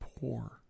poor